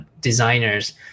designers